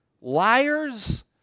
liars